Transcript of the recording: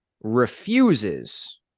refuses